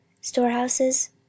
storehouses